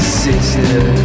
sister